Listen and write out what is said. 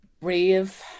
brave